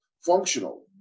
functional